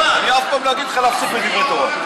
אני אף פעם לא אגיד לך להפסיק דברי תורה.